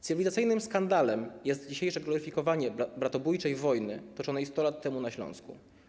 Cywilizacyjnym skandalem jest dzisiejsze gloryfikowanie bratobójczej wojny toczonej 100 lat temu na Śląsku.